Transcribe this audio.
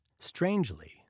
Strangely